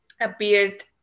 appeared